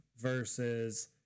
versus